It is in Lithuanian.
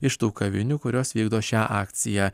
iš tų kavinių kurios vykdo šią akciją